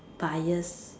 bias